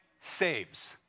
saves